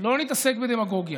לא נתעסק בדמגוגיה.